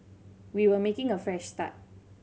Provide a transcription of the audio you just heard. we were making a fresh start